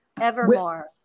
evermore